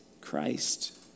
Christ